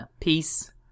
Peace